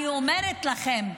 אני אומרת לכם,